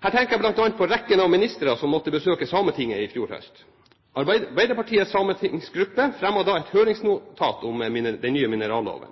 Her tenker jeg bl.a. på rekken av ministre som måtte besøke Sametinget i fjor høst. Arbeiderpartiets sametingsgruppe fremmet da et høringsnotat om den nye mineralloven.